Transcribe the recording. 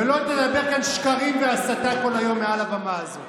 ולא תדבר כאן שקרים והסתה כל היום מעל הבמה הזאת.